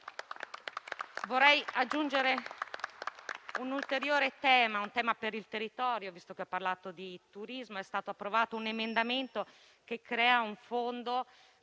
Vorrei aggiungere un ulteriore tema per il territorio, visto che ho parlato di turismo: è stato approvato un emendamento che crea un fondo